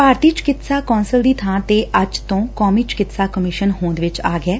ਭਾਰਤੀ ਚਿਕਿਤਸਾ ਕੌਂਸਲ ਦੀ ਬਾਂ ਤੇ ਅੱਜ ਤੋਂ ਕੌਮੀ ਚਿਕਿਤਸਾ ਕਮਿਸ਼ਨ ਹੋਂਦ ਵਿਚ ਆ ਗਿਐ